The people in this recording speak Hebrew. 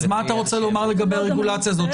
אז מה אתה רוצה לומר לגבי הרגולציה הזאת,